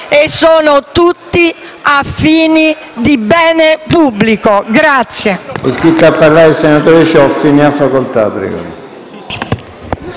e sono tutti a fini di bene pubblico.